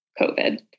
covid